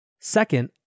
Second